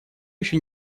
еще